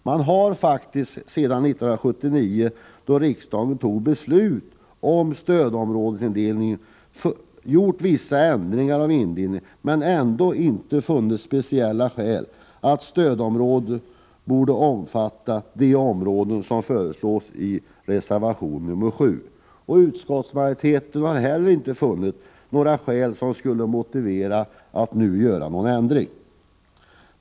Man har sedan 1979, då riksdagen fattade beslut om stödområdesindelning, gjort vissa ändringar av indelningen men ändå inte funnit speciella skäl för att stödområdet borde innefatta de områden som föreslås i reservation 7. Utskottsmajoriteten har heller inte funnit skäl som skulle motivera en sådan ändring.